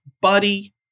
Buddy